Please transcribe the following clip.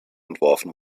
entworfen